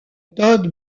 todd